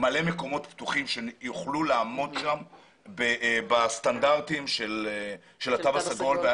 מקומות פתוחים שיוכלו לעמוד בסטנדרטים של התו הסגול.